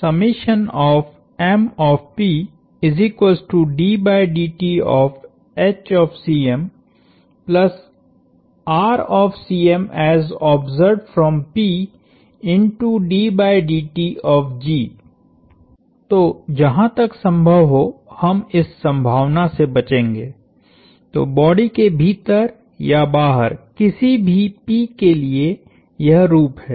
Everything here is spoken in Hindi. तो जहां तक संभव हो हम इस संभावना से बचेंगे तो बॉडी के भीतर या बाहर किसी भी P के लिए यह रूप है